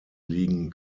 liegen